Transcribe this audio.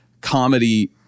comedy